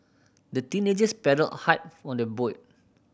the teenagers paddled hard on their boat